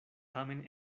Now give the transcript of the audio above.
tamen